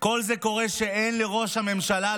כל זה קורה כשלראש הממשלה,